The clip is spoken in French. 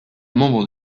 membre